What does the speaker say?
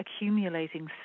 accumulating